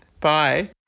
Bye